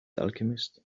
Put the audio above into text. alchemist